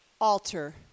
alter